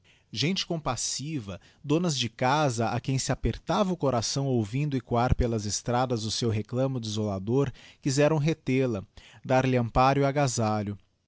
gente compassiva donas de casa a quem se apertava o coração ouvindo echoar pelas estradas o seu reclamo desolador quizeram retel a dar-lhe amparo e agasalho